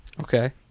okay